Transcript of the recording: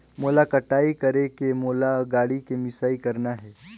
मोला कटाई करेके मोला गाड़ी ले मिसाई करना हे?